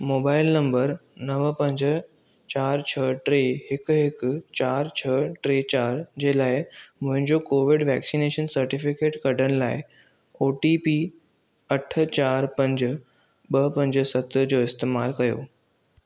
mobile number नव पंज चारि छह टे हिकु हिकु चारि छह टे चारि जे लाइ मुंहिंजो कोविड वैक्सिनेशन सर्टिफिकेट कढण लाइ ओ टी पी अठ चारि पंज ॿ पंज सत जो इस्तेमालु कयो